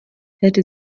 hätte